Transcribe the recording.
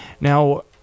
Now